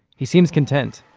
he seems content.